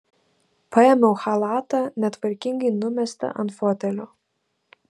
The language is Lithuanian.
paėmiau chalatą netvarkingai numestą ant fotelio